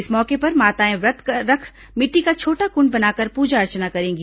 इस मौके पर माताएं व्रत रख मिट्टी का छोटा कुंड बनाकर पूजा अर्चना करेंगी